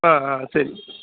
ஆ ஆ சரி